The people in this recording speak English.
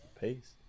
Peace